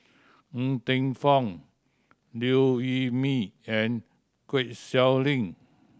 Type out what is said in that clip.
Ng Teng Fong Liew Wee Mee and Kwek Siew Lin